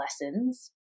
lessons